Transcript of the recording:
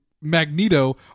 Magneto